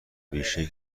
بیشهای